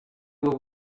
will